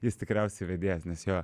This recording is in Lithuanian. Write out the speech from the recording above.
jis tikriausiai vedėjas nes jo